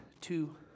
two